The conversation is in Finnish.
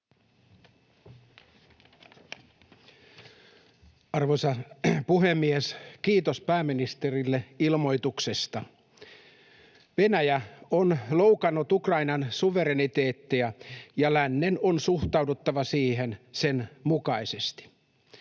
Arvoisa puhemies! Kiitos pääministerille ilmoituksesta. Venäjä on loukannut Ukrainan suvereniteettia, ja lännen on suhtauduttava siihen sen mukaisesti.